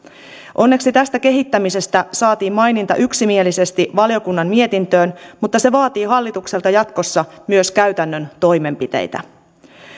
onneksi tästä kehittämisestä saatiin maininta yksimielisesti valiokunnan mietintöön mutta se vaatii hallitukselta jatkossa myös käytännön toimenpiteitä